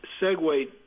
segue